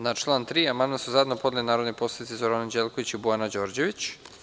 Na član 3. amandman su zajedno podneli narodni poslanici Zoran Anđelković i Bojana Đorđević.